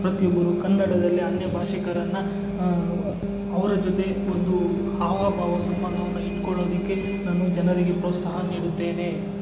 ಪ್ರತಿಯೊಬ್ಬರೂ ಕನ್ನಡದಲ್ಲಿ ಅನ್ಯ ಭಾಷಿಕರನ್ನು ಅವರ ಜೊತೆ ಒಂದು ಹಾವ ಭಾವ ಸಂಬಂಧವನ್ನು ಇಟ್ಕೊಳ್ಳೋದಕ್ಕೆ ನಾನು ಜನರಿಗೆ ಪ್ರೋತ್ಸಾಹ ನೀಡುತ್ತೇನೆ